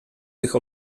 tych